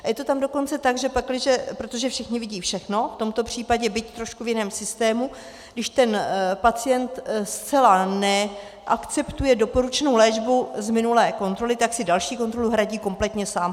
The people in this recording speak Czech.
A je to tam dokonce tak, že protože všichni vidí všechno v tomto případě, byť trošku v jiném systému, když ten pacient zcela neakceptuje doporučenou léčbu z minulé kontroly, tak si další kontrolu hradí kompletně sám.